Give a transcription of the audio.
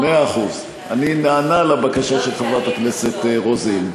מאה אחוז, אני נענה לבקשה של חברת הכנסת רוזין.